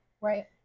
Right